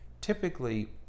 typically